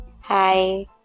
Hi